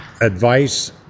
advice